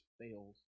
fails